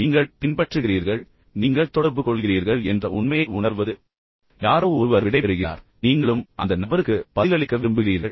நீங்கள் பின்பற்றுகிறீர்கள் பின்னர் நீங்கள் தொடர்புகொள்கிறீர்கள் என்ற உண்மையை உணர்ந்து நீங்கள் செய்வது போன்றது யாரோ ஒருவர் விடைபெறுகிறார் எனவே நீங்களும் அந்த நபருக்கு பதிலளிக்க விரும்புகிறீர்கள்